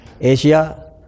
Asia